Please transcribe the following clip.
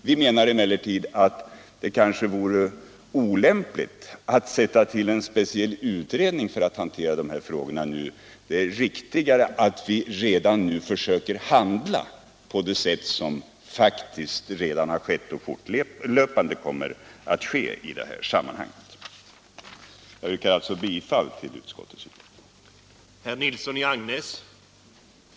Vi menar emellertid att det vore olämpligt att sätta till en speciell utredning för att hantera dessa frågor. Det är riktigare att vi redan nu försöker handla på det sätt som faktiskt har skett och fortlöpande kommer att ske i detta sammanhang. Jag yrkar alltså bifall till utskottets hemställan.